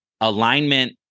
alignment